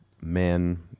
men